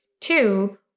two